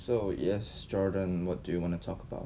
so yes jordan what do you want to talk about